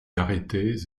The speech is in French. arrêtées